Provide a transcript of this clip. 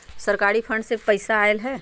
सरकारी फंड से पईसा आयल ह?